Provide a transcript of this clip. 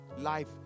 Life